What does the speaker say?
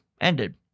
ended